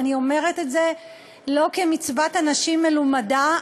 אני אומרת את זה לא כמצוות אנשים מלומדה,